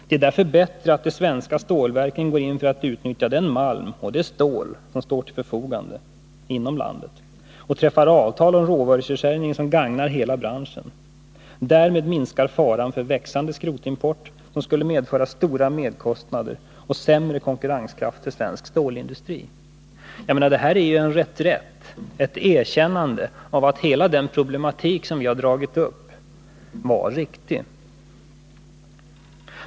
Det är därför bättre att de svenska stålverken går in för att utnyttja den malm och det stål som står till förfogande inom landet och träffar avtal om råvaruförsörjningen som gagnar hela branschen. Därmed minskar faran för en växande skrotimport, som skulle medföra stora merkostnader och sämre konkurrenskraft för svensk stålindustri.” Det här är en reträtt, ett erkännande av att hela den problematik som vi har tagit upp var riktig.